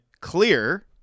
clear